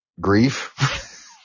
grief